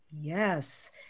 Yes